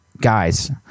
guys